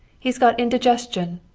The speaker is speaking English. he's got indigestion.